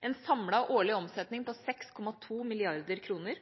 Den samlede årlige omsetningen er på 6,2